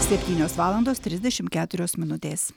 septynios valandos trisdešimt keturios minutės